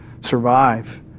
survive